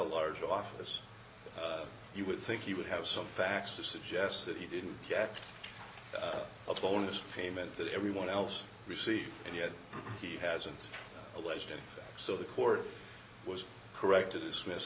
large office you would think he would have some facts to suggest that he didn't get a bonus payment that everyone else received and yet he hasn't alleged it so the court was correct to dismiss